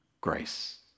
grace